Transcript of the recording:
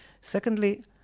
Secondly